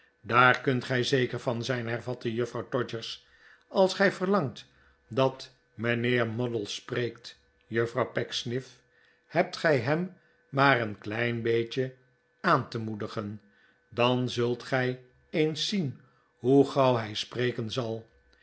daar kunt gij zeker van zijn hervatte juffrouw todgers als gij verlangt dat mijnheer moddle spreekt juffrouw pecksniff hebt gij hem maar een klein beetje aan te moedigen dan zult gij eens zien hoe gauw hij spreken zal